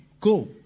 Go